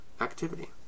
activity